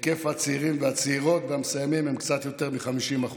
היקף הצעירים והצעירות והמסיימים הם קצת יותר מ-50%.